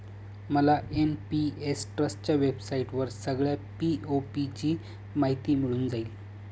मला एन.पी.एस ट्रस्टच्या वेबसाईटवर सगळ्या पी.ओ.पी ची माहिती मिळून जाईल